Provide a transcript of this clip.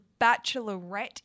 Bachelorette